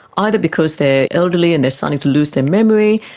either because they are elderly and they are starting to lose their memory,